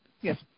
yes